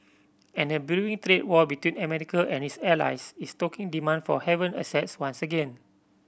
and a brewing trade war between America and its allies is stoking demand for haven assets once again